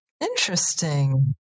Interesting